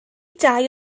dau